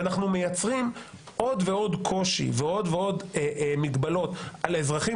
ואנחנו מייצרים עוד ועוד קושי ועוד ועוד מגבלות על האזרחים